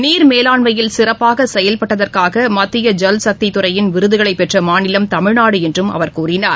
நீர் மேலாண்மையில் சிறப்பாக செயல்பட்டதற்காக மத்திய ஜல் சக்தி துறையின் விருதுகளை பெற்ற மாநிலம் தமிழ்நாடு என்றும் அவர் கூறினார்